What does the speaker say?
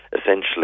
essentially